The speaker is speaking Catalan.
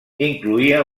incloïa